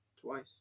Twice